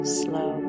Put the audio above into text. slow